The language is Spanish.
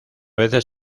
veces